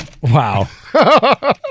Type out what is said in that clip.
Wow